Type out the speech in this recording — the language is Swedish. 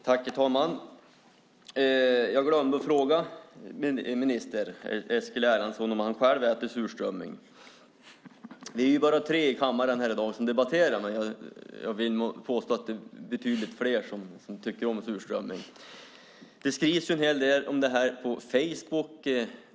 Herr talman! Jag glömde fråga minister Eskil Erlandsson om han själv äter surströmming. Vi är bara tre här i kammaren i dag som debatterar, men jag vill påstå att det är betydligt fler som tycker om surströmming. Det skrevs om det här på Facebook.